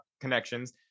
connections